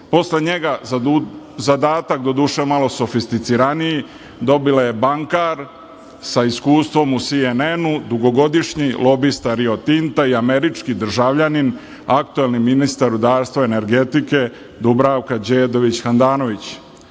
njega zadatak, doduše malo sofisticiraniji, dobila je bankar, sa iskustvom u SNN, dugogodišnji lobista Rio Tinta i američki državljanin, aktuelni ministar rudarstva i energetike Dubravka Đedović Handanović. Uzimate